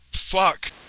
fuck.